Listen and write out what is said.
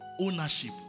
ownership